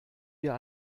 wir